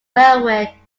railway